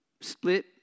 split